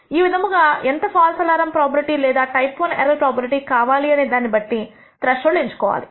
ఈ విధముగా ఎంత ఫాల్స్ అలారం ప్రోబబిలిటీ లేదా టైప్ I ఎర్రర్ ప్రోబబిలిటీ కావాలి అనేదాన్ని బట్టి త్రెష్హోల్డ్ ఎంచుకోవచ్చు